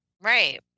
Right